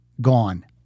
gone